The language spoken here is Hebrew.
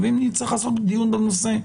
ואם נצטרך לעשות דיון בנושא,